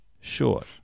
short